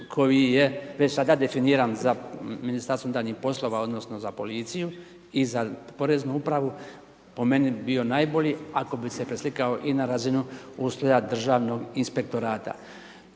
koji je već sada definiran za MUP odnosno za policiju i za Poreznu upravu po meni bio najbolji ako bi se preslikao i na razinu ustroja Državnog inspektorata.